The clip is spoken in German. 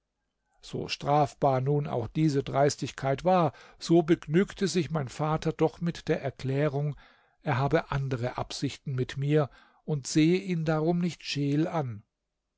so strafbar nun auch diese dreistigkeit war so begnügte sich mein vater doch mit der erklärung er habe andere absichten mit mir und sehe ihn darum nicht scheel an